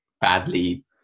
badly